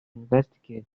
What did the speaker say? investigate